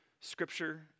scripture